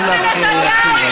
הפריימריז התחילו?